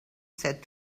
said